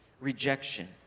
rejection